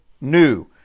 new